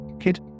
kid